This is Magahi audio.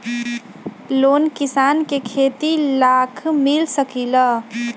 लोन किसान के खेती लाख मिल सकील?